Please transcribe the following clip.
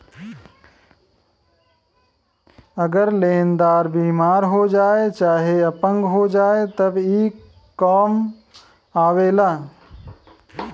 अगर लेन्दार बिमार हो जाए चाहे अपंग हो जाए तब ई कां आवेला